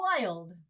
wild